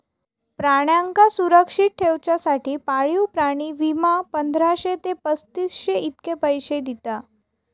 प्राण्यांका सुरक्षित ठेवच्यासाठी पाळीव प्राणी विमा, पंधराशे ते पस्तीसशे इतके पैशे दिता